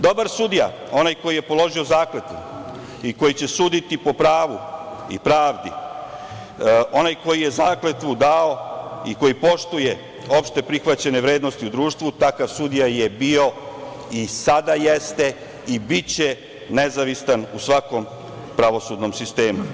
Dobar sudija, onaj koji je položio zakletvu i koji će suditi po pravu i pravdi, onaj koji je zakletvu dao i koji poštuje opšte prihvaćene vrednosti u društvu, takav sudija je bio i sada jeste i biće nezavistan u svakom pravosudnom sistemu.